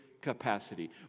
capacity